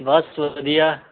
ਬਸ ਵ ਵਧੀਆ